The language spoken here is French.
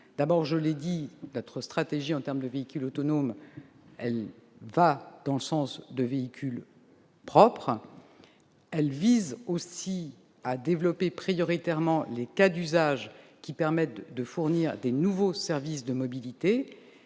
autonome. Je l'ai dit, notre stratégie en termes de véhicules autonomes va dans le sens du développement de véhicules propres. Elle vise aussi à développer prioritairement les cas d'usage permettant de fournir de nouveaux services de mobilité